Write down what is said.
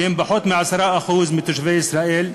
שהם פחות מ-10% מתושבי ישראל,